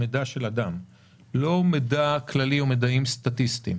לא מידע כללי או מידע סטטיסטי.